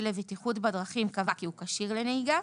לבטיחות בדרכים קבע כי הוא כשיר לנהיגה.